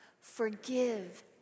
forgive